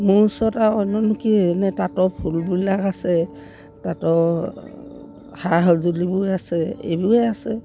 মোৰ ওচৰত আৰু অন্যনো কিনে তাঁতৰ ফুলবিলাক আছে তাঁতৰ সা সঁজুলিবোৰ আছে এইবোৰেই আছে